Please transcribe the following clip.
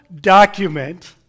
document